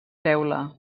teula